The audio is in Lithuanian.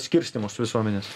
skirstymus visuomenės